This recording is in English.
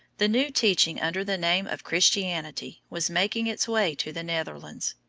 the new teaching under the name of christianity was making its way to the netherlands,